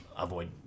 avoid